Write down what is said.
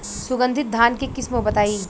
सुगंधित धान के किस्म बताई?